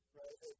right